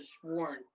sworn